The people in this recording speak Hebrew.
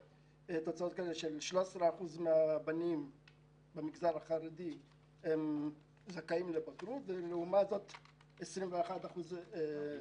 ש-13% מהבנים במגזר החרדי זכאים לבגרות לעומת 21% מהבנות.